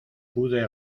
pude